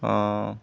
অঁ